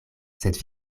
sed